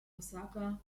osaka